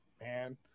man